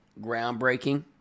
groundbreaking